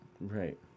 Right